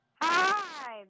Hi